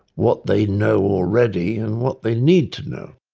what they know already and what they need to know?